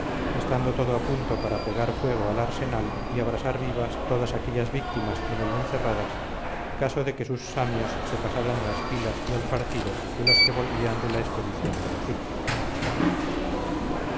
estando todo a punto para pegar fuego al arsenal y abrasar vivas todas aquellas víctimas en él encerradas caso de que sus samios se pasaran a las filas y al partido de los que volvían de la expedición de egipto